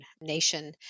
nation